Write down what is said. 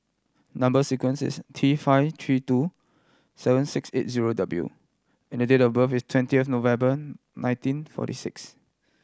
number sequence is T five three two seven six eight zero W and date of birth is twenty of November nineteen forty six